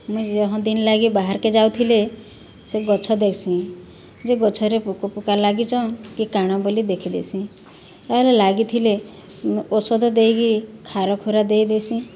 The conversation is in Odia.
ମୁଁ ଯେଉଁ ଦିନ ଲାଗି ବାହାରକେ ଯାଉଥିଲେ ସେ ଗଛ ଦେଖ୍ସିଁ ଯେ ଗଛରେ ପୋକପୋକା ଲାଗିଛନ୍ତି କି କ'ଣ ବୋଲି ଦେଖିଦେଇସିଁ ତାହାରେ ଲାଗିଥିଲେ ଔଷଧ ଦେଇକି କ୍ଷାର କ୍ଷୁରା ଦେଇଦେଇସିଁ